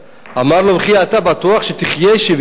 אמר לו: וכי אתה בטוח שתחיה עוד 70 שנה?